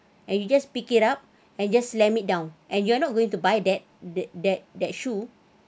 and you just pick it up and just slam it down and you're not going to buy that that that that shoe